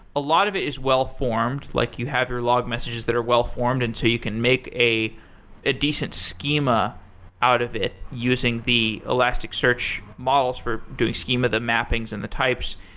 a lot of it is well-formed. like you have your log messages that are well-formed, and so you can make a a decent schema out of it using the elasticsearch models for doing schema, the mappings, and the types.